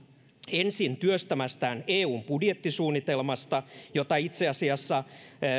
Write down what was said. ensin työstämästään eun budjettisuunnitelmasta josta itse asiassa